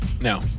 No